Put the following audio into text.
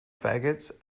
faggots